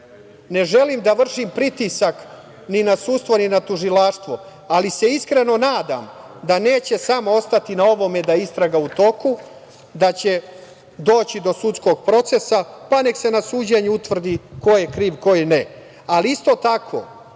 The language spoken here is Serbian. Ne želim da vršim pritisak ni na sudstvo ni na Tužilaštvo, ali se iskreno nadam da neće samo ostati na ovome da je istraga u toku, da će doći do sudskog procesa, pa nek se na suđenju utvrdi ko je kriv, a ko nije. Isto tako,